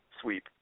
sweep